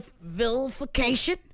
vilification